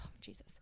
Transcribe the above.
Jesus